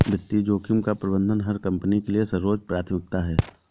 वित्तीय जोखिम का प्रबंधन हर कंपनी के लिए सर्वोच्च प्राथमिकता है